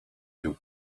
cię